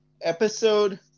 episode